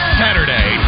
saturday